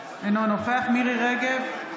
אינו נוכח מירי מרים רגב,